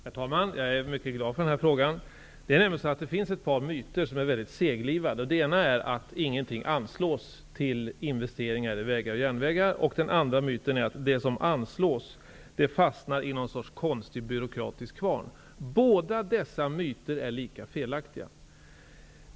Herr talman! Jag är mycket glad över den här frågan. Det finns ett par myter som är mycket seglivade. Den ena är att det inte anslås någonting till investeringar i vägar och järnvägar. Den andra myten är att det som anslås fastnar i någon sorts konstig byråkratisk kvarn. Båda dessa myter är lika felaktiga.